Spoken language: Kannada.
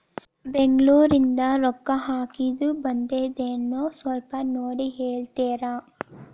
ಬೆಂಗ್ಳೂರಿಂದ ರೊಕ್ಕ ಹಾಕ್ಕಿದ್ದು ಬಂದದೇನೊ ಸ್ವಲ್ಪ ನೋಡಿ ಹೇಳ್ತೇರ?